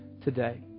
today